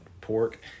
pork